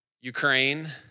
Ukraine